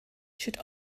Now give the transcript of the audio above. should